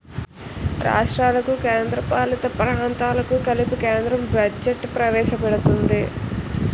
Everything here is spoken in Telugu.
రాష్ట్రాలకు కేంద్రపాలిత ప్రాంతాలకు కలిపి కేంద్రం బడ్జెట్ ప్రవేశపెడుతుంది